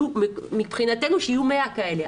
מבחינתנו שיהיו 100 כאלה,